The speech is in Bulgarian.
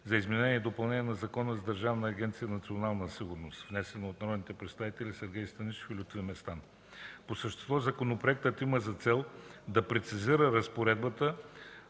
за изменение и допълнение на Закона за Държавна агенция „Национална сигурност”, внесен от народните представители Сергей Станишев и Лютви Местан. По същество законопроектът има за цел да прецизира разпоредбата